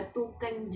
a'ah lah